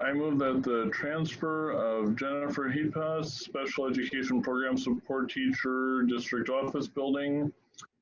i move that the transfer of jennifer hieptas, special education program support teacher district office building